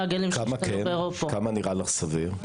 כמה נראה לך סביר?